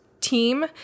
team